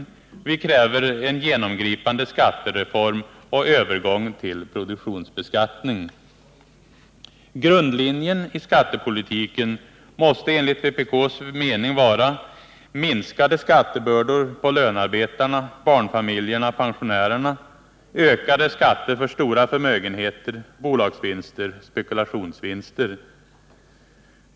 å Vi kräver en genomgripande skattereform och övergång till produktionsbeskattning. Grundlinjen i skattepolitiken måste enligt vpk:s mening vara minskade skattebördor på lönarbetarna, barnfamiljerna och pensionärerna och ökade skatter för stora förmögenheter, bolagsvinster och spekulationsvinster.